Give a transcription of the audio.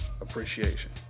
Appreciation